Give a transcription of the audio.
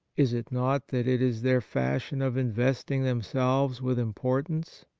is it not that it is their fashion of investing themselves with importance?